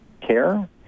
care